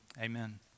amen